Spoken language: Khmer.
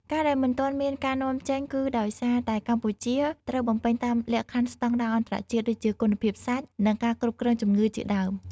ការដែលមិនទាន់មានការនាំចេញ គឺដោយសារតែកម្ពុជាត្រូវបំពេញតាមលក្ខខណ្ឌស្តង់ដារអន្តរជាតិ ដូចជាគុណភាពសាច់ និងការគ្រប់គ្រងជម្ងឺជាដើម។